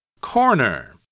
corner